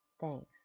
Thanks